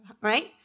right